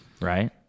right